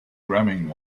grabbing